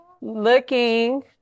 looking